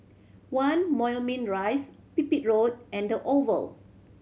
One Moulmein Rise Pipit Road and The Oval